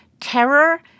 terror